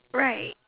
right